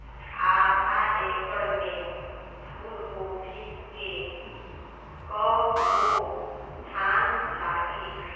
आधा एकड़ में फूलगोभी के कव गो थान लागी?